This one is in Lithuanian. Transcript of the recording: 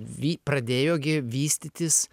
vy pradėjo gi vystytis